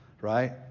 right